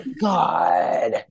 God